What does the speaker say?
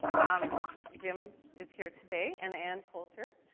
um, jim is here today, and anne coulter,